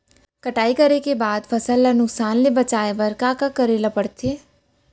कटाई करे के बाद फसल ल नुकसान ले बचाये बर का का करे ल पड़थे?